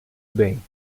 bem